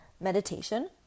meditation